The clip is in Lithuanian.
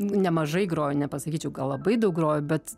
nemažai groju nepasakyčiau gal labai daug groju bet